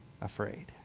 afraid